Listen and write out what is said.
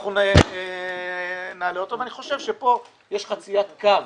אני חושב שיש פה חציית קו,